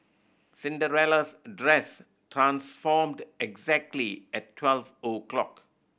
Cinderella's dress transformed exactly at twelve O' clock